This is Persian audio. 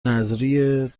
نذریه